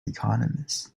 economists